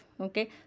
okay